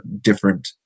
different